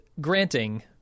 granting